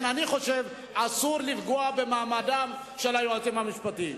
לכן אני חושב שאסור לפגוע במעמדם של היועצים המשפטיים.